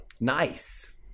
Nice